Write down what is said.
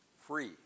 Free